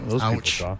Ouch